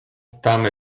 tamy